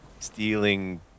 Stealing